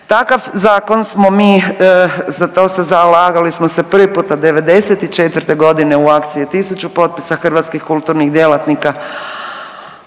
Takav zakon smo mi, za to se zalagali smo se prvi puta '94. godine u akciji Tisuću potpisa hrvatskih kulturnih djelatnika,